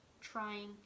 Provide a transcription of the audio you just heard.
Trying